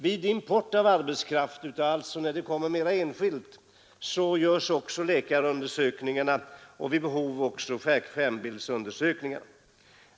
Vid import av arbetskraft — alltså när vederbörande kommer mera enskilt — görs också läkarundersökning och vid behov skärmbildsundersökning.